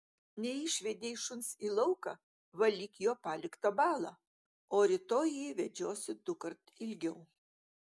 neišvedei šuns į lauką valyk jo paliktą balą o rytoj jį vedžiosi dukart ilgiau